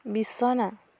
বিছনা